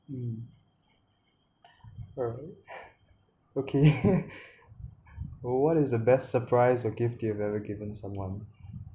mm alright okay what is the best surprise or gift you have ever given someone